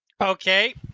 Okay